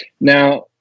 Now